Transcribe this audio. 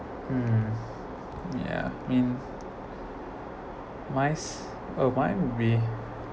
mm yeah I mean mine oh mine would be